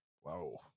whoa